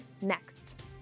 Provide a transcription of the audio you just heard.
next